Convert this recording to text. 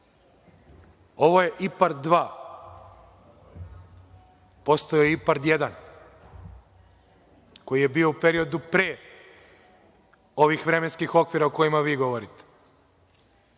ovo je IPARD 2. Postojao je IPARD 1, koji je bio u periodu pre ovih vremenskih okvira o kojima vi govorite.